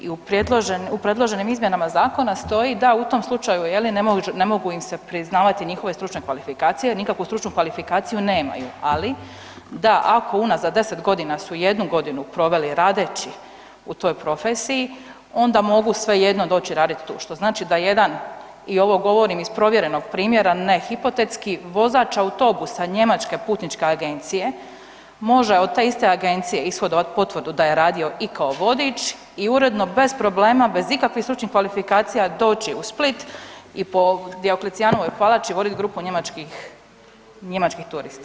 U predloženim izmjenama zakona stoji da u tom slučaju ne mogu im se priznavati njihove stručne kvalifikacije, nikakvu stručnu kvalifikaciju nemaju, ali da ako unazad 10 godina su jednu godinu proveli radeći u toj profesiji onda mogu svejedno doć i radit tu, što znači da jedan i ovo govorim iz provjerenog primjera, ne hipotetski, vozač autobusa njemačke putničke agencije može od te iste agencije ishodovat potvrdu da je radio i kao vodič i uredno bez problema, bez ikakvih stručnih kvalifikacija doći u Split i po Dioklecijanovoj palači voditi grupu njemačkih turista.